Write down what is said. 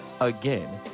Again